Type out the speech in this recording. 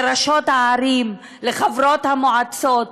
לראשות הערים, לחברות המועצות,